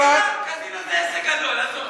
קזינו זה עסק גדול, עזוב.